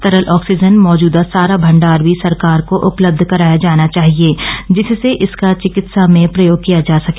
तरल ऑक्सीजन मौजुदा सारा भंडार भी सरकार को उपलब्ध कराया जाना चाहिए जिससे इसका चिकित्सा में प्रयोग किया जा सके